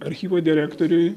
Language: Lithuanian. archyvo direktoriui